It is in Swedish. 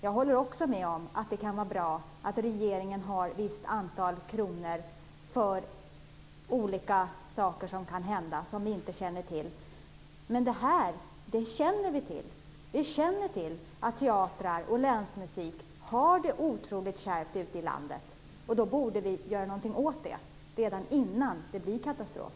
Jag håller med om att det kan vara bra att regeringen har ett visst antal kronor för eventuella händelser som vi inte känner till. Men vi känner ju till att teatrar och länsmusik har det otroligt kärvt ute i landet, och då borde vi göra någonting åt det innan det blir katastrof.